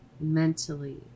mentally